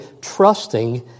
trusting